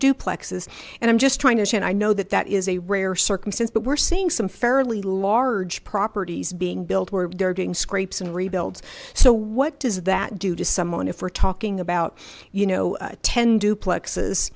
duplexes and i'm just trying to and i know that that is a rare circumstance but we're seeing some fairly large properties being built where they're doing scrapes and rebuilds so what does that do to someone if we're talking about you know ten duplex